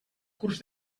curs